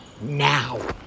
now